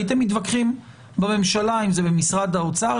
הייתם מתווכחים בממשלה אם זה במשרד האוצר,